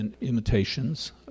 imitations